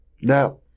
Now